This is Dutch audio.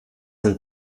een